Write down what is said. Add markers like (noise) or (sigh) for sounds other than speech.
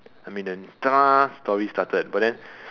I mean the (noise) story started but then